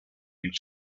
mil